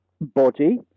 body